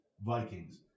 Vikings